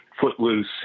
footloose